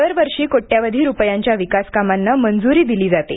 दरवर्षी कोट्यवधी रुपयांचा विकास कामांना मंज्री दिली जाते